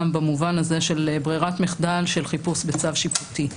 במובן הזה של ברירת מחדל של חיפוש בצו שיפוטי.